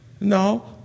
No